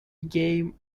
game